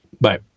Bye